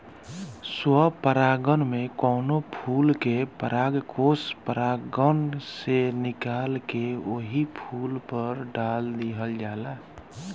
स्व परागण में कवनो फूल के परागकोष परागण से निकाल के ओही फूल पर डाल दिहल जाला